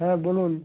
হ্যাঁ বলুন